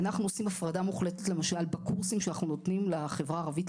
אנחנו עושים הפרדה מוחלטת למשל בקורסים שאנחנו נותנים לחברה הערבית,